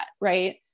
Right